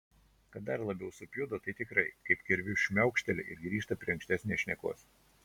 kad dar labiau supjudo tai tikrai kaip kirviu šmaukštelia ir grįžta prie ankstesnės šnekos